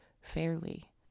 fairly